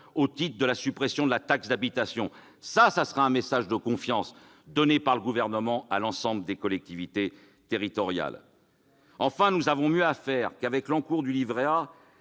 au titre de la suppression de la taxe d'habitation. Ce serait un message de confiance envoyé par le Gouvernement à l'ensemble des collectivités territoriales. Nous avons mieux à faire avec l'encours du livret A